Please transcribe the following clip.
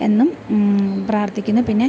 എന്നും പ്രാർത്ഥിക്കുന്നു പിന്നെ